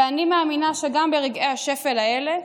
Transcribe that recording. ואני מאמינה שגם ברגעי השפל האלה